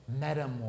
metamorph